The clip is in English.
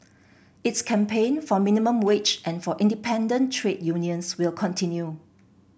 its campaign for minimum wage and for independent trade unions will continue